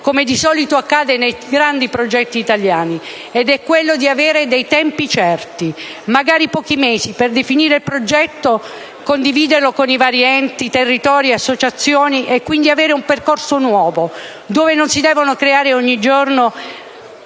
che di solito accade nei grandi progetti italiani, ed è quella di avere dei tempi certi, magari pochi mesi, per definire il progetto, condividerlo con i vari enti, associazioni, territori e quindi avviare un percorso nuovo dove non si devono creare ogni giorno